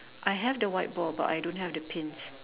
I have the whiteboard but I don't have the pins